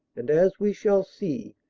and, as we shall see,